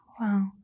wow